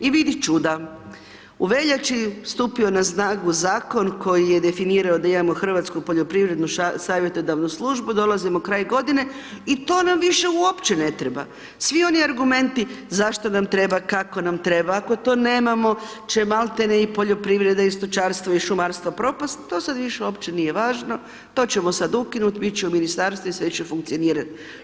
I vidi čuda, u veljači stupio na snagu zakon koji je definirao da imamo Hrvatsku poljoprivrednu savjetodavnu službu, dolazimo kraj godine i to nam više uopće ne treba, svi oni argumenti, zašto nam treba, kako nam treba, ako to nemamo će maltene i poljoprivreda i stočarstvo i šumarstvo propast, to sad više uopće nije važno, to ćemo sad ukinut, bit će u ministarstvu i sve će funkcionirat.